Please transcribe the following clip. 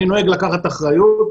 אני נוהג לקחת אחריות,